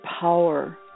power